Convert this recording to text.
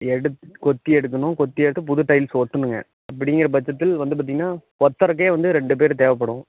எடுத்து கொத்தி எடுக்கணும் கொத்தி எடுத்து புது டைல்ஸ் ஒட்டணும்ங்க அப்படிங்கிற பட்சத்தில் வந்து பார்த்தீங்கன்னா கொத்தறதுக்கே வந்து ரெண்டு பேர் தேவைப்படும்